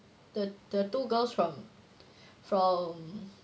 the the two girls from from